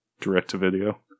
Direct-to-video